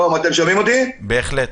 בבקשה.